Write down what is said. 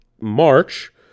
March